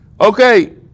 Okay